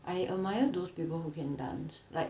I admire those people who can dance like